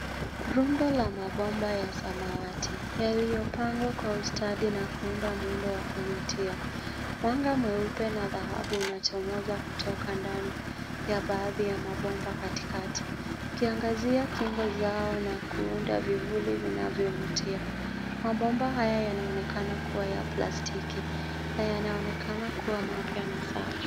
Runda la mabomba ya samawati, yaliyopangwa kwa ustadi na kuunda muundo wa kuvutia. Mwanga mweupe na dhahabu unachomoza kutoka ndani ya baadhi ya mabomba katikati ,ukiangazia kingo zao na kuunda vivuli vinavyovutia. Mabomba haya yanaonekana kuwa ya plastiki na yanaonekana kuwa mapya na safi.